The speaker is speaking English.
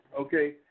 Okay